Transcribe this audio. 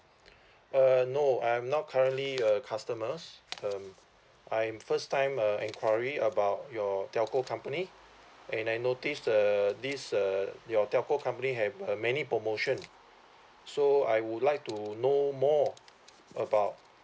uh no I'm not currently a customers um I'm first time uh enquiry about your telco company and I notice the this uh your telco company have a many promotion so I would like to know more about